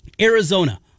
Arizona